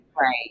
Right